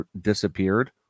disappeared